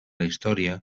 història